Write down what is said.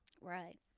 Right